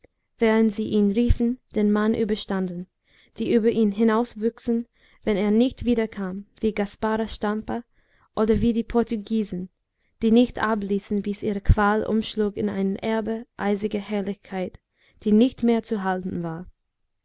während sie ihn riefen den mann überstanden die über ihn hinauswuchsen wenn er nicht wiederkam wie gaspara stampa oder wie die portugiesin die nicht abließen bis ihre qual umschlug in eine herbe eisige herrlichkeit die nicht mehr zu halten war